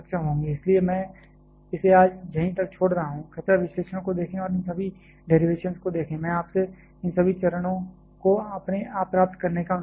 इसलिए मैं इसे आज यही तक छोड़ रहा हूं कृपया विश्लेषण को देखें और इन सभी डेरिवेशंस को देखें मैं आपसे इन सभी चरणों को अपने आप प्राप्त करने का अनुरोध करूंगा